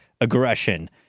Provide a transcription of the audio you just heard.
aggression